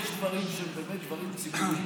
יש דברים שהם באמת דברים ציבוריים